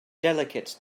delicate